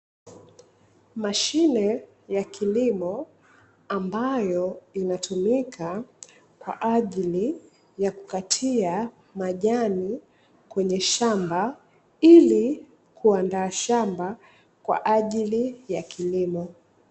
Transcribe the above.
Mashine ya kilimo ambayo inatumika kwa ajili ya kukatia majani kwenye shamba ili kuandaa shamba kwa ajili ya kilimo.